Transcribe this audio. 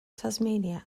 tasmania